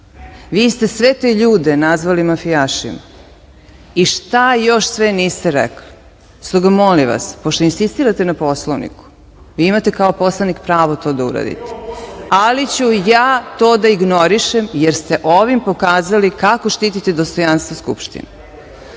Vi ste sve te ljude nazvali mafijašima i šta još sve niste rekli. Stoga, molim vas, pošto insistirate na Poslovniku, vi imate kao poslanik pravo na to da uradite, ali ću ja to da ignorišem, jer ste ovim pokazali kako štitite dostojanstvo Skupštine. Gospodin